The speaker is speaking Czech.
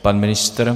Pan ministr?